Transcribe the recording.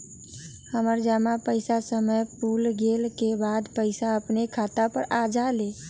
हमर जमा पैसा के समय पुर गेल के बाद पैसा अपने खाता पर आ जाले?